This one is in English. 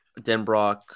Denbrock